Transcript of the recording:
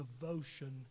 devotion